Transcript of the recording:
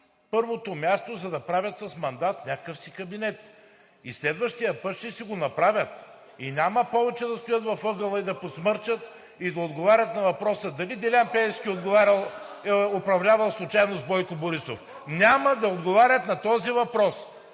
първото място, за да правят с мандат някакъв си кабинет. И следващия път ще си го направят. И няма повече да стоят в ъгъла и да подсмърчат и да отговарят на въпроса дали Делян Пеевски е управлявал случайно с Бойко Борисов? Няма да отговарят на този въпрос!